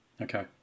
Okay